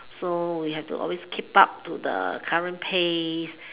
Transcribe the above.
so we have to always keep up to the current pace